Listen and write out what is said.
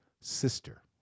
sister